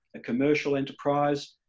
a commercial enterprise,